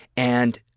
and